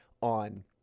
on